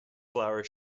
flower